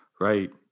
Right